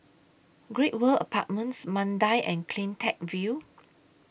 Great World Apartments Mandai and CleanTech View